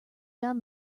down